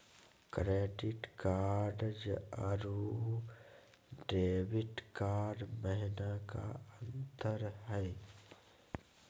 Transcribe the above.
Credit card अरू debit card महिना का अंतर हई?